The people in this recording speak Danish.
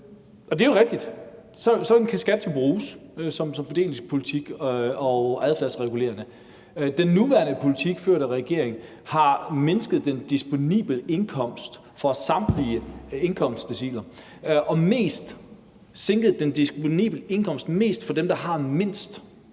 og det er jo rigtigt, at en skat kan bruges som fordelingspolitik og adfærdsregulerende. Men den nuværende politik ført af regeringen har mindsket den disponible indkomst for samtlige indkomstdeciler og sænket den disponible indkomst mest for dem, der i forvejen har mindst.